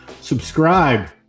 subscribe